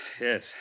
Yes